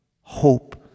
hope